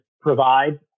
provide